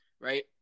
Right